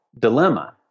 dilemma